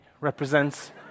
represents